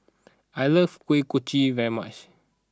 I like Kuih Kochi very much